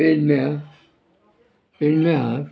पेडण्या पेडण्या हां